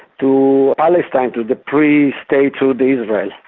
to palestine, to the pre statehood israel.